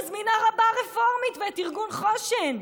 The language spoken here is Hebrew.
מזמינה רבה רפורמית ואת ארגון חושן.